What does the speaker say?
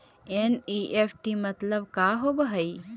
NEFT मतलब का होब हई?